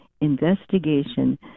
investigation